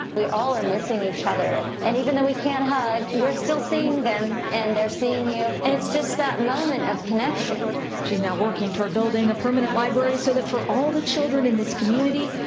we all are missing each other. and even though we can't hug, you are still seeing them and they are seeing you. and it's just that moment of connection. reporter she's now working toward building a permanent library so that, for all the children in this community,